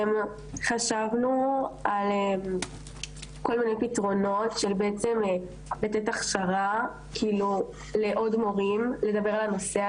חשבנו על כל מיני פתרונות שבעצם לתת הכשרה לעוד מורים לדבר על הנושא.